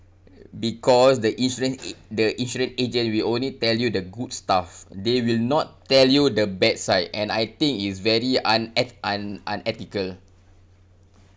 because the insurance a~ the insurance agent will only tell you the good stuff they will not tell you the bad side and I think it's very uneth~ un~ unethical